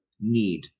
need